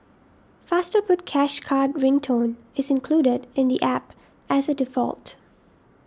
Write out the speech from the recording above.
faster put cash card ring tone is included in the App as a default